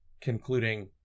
concluding